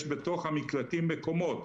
יש בתוך המקלטים מקומות.